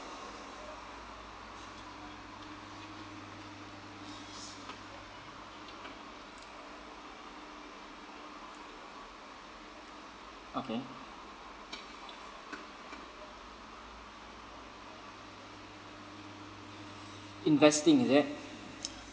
okay investing is it